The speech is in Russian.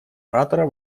оратора